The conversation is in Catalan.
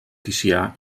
ticià